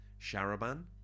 Sharaban